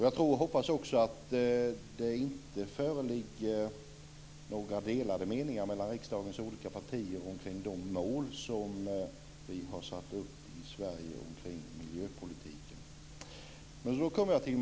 Jag tror och hoppas också att det inte föreligger några delade meningar mellan riksdagens olika partier om de mål som vi i Sverige har satt upp för miljöpolitiken.